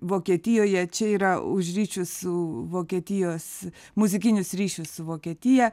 vokietijoje čia yra už ryšius su vokietijos muzikinius ryšius su vokietija